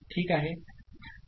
ठीक आहे